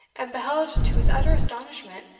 and beheld, to his utter astonishment,